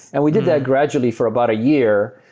and we did that gradually for about a year,